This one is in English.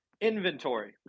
inventory